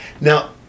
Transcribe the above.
Now